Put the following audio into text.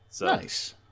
Nice